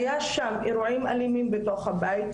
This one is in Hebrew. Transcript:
היו שם אירועים אלימים בתוך הבית,